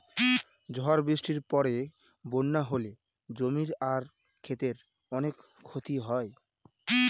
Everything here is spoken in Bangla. ঝড় বৃষ্টির পরে বন্যা হলে জমি আর ক্ষেতের অনেক ক্ষতি হয়